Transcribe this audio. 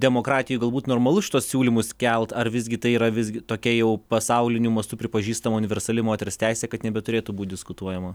demokratijoj galbūt normalu šituos siūlymus kelt ar visgi tai yra visgi tokia jau pasauliniu mastu pripažįstama universali moters teisė kad nebeturėtų būt diskutuojama